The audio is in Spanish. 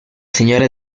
señora